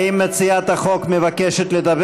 האם מציעת החוק מבקשת לדבר?